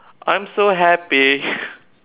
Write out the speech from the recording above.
I'm so happy